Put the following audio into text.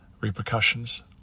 repercussions